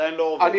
שעדיין לא קיימים.